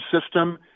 system